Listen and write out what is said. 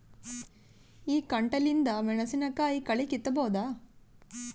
ಈ ಕಂಟಿಲಿಂದ ಮೆಣಸಿನಕಾಯಿ ಕಳಿ ಕಿತ್ತಬೋದ?